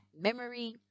Memory